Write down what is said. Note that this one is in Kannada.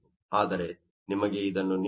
ಆದರೆ ನಿಮಗೆ ಇದನ್ನು ನೀಡಿಲ್ಲ